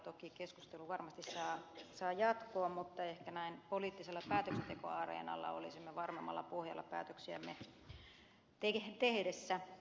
toki keskustelu varmasti saa jatkua mutta ehkä näin poliittisella päätöksentekoareenalla olisimme varmemmalla pohjalla päätöksiämme tehdessä